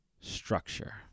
structure